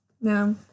No